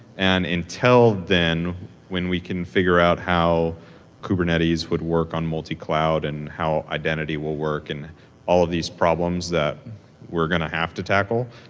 and until then, when we can figure out how kubernetes would work on multi-cloud and how identity will working and all of these problems that we're going to have to tackle,